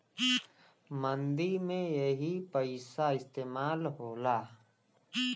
मंदी में यही पइसा इस्तेमाल होला